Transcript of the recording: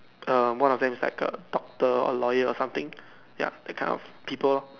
err one of them is like a doctor or lawyer or something ya that kind of people lor